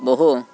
बहु